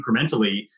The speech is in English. incrementally